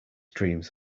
dreams